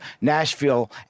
Nashville